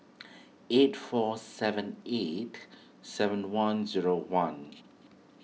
eight four seven eight seven one zero one